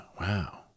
Wow